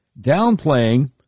downplaying